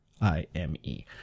I-M-E